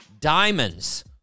diamonds